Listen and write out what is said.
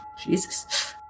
Jesus